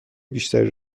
بیشتری